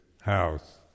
house